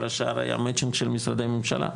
כל השאר היה מצ'ינג של משרדי ממשלה,